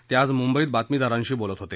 ते आज मुंबईत बातमीदारांशी बोलत होते